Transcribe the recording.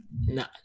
no